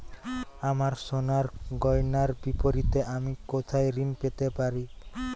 আমার সোনার গয়নার বিপরীতে আমি কোথায় ঋণ পেতে পারি?